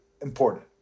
important